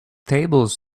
tables